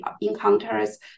encounters